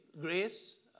grace